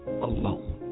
alone